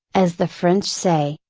as the french say,